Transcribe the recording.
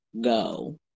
go